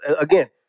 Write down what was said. again